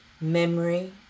memory